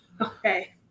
okay